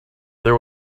there